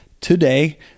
today